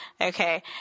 Okay